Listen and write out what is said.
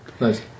Nice